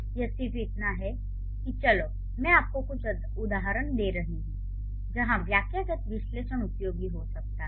यह सिर्फ इतना है कि चलो मैं आपको कुछ उदाहरण दे रही हूं जहां वाक्यगत विश्लेषण उपयोगी हो सकता है